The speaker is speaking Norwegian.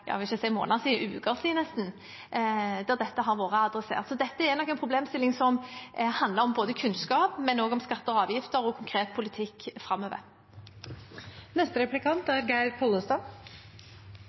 si måneder, men uker siden, der dette er tatt med. Dette er nok en problemstilling som handler om både kunnskap, skatter og avgifter og konkret politikk framover.